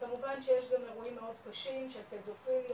כמובן שיש גם אירועים מאוד קשים של פדופיליה